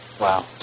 Wow